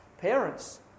Parents